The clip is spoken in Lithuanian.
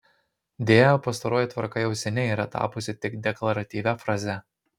deja pastaroji tvarka jau seniai yra tapusi tik deklaratyvia fraze